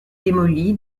démolie